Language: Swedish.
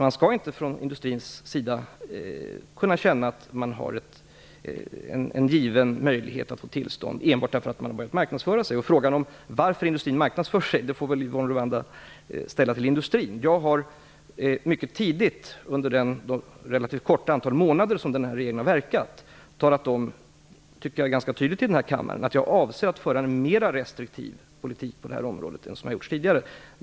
Man skall inte från industrins sida kunna känna att man har en given möjlighet att få tillstånd enbart därför att man har börjat marknadsföra sig. Frågan varför man marknadsför sig får väl Yvonne Ruwaida ställa till industrin. Jag har mycket tidigt under det relativt lilla antal månader som regeringen har verkat talat om, som jag tycker ganska tydligt, i denna kammare att jag avser att föra en mera restriktiv politik på det här området än vad som har förekommit tidigare.